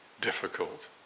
difficult